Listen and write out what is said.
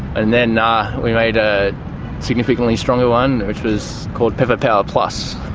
and then ah we made a significantly stronger one which was called pepper power plus.